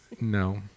no